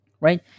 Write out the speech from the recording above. right